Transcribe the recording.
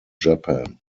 japan